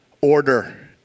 order